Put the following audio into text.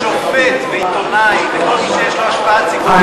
שופט ועיתונאי וכל מי שיש לו השפעה ציבורית,